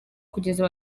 kugeza